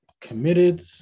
committed